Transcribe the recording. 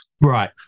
Right